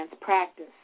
practice